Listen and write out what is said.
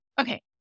Okay